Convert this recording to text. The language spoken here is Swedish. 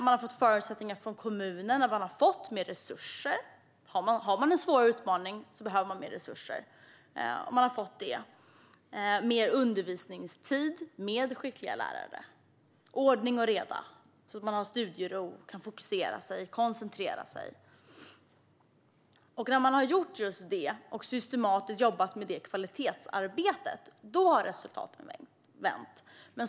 Man har fått förutsättningar från kommunen genom mer resurser. Har man en svårare utmaning behöver man mer resurser, och man har fått det. Det handlar om mer undervisningstid med skickliga lärare och om ordning och reda så att det finns studiero och möjlighet att fokusera och koncentrera sig. När man har gjort detta och systematiskt jobbat med kvalitetsarbetet har resultaten vänt.